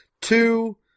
Two